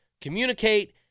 communicate